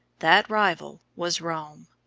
that rival was rome.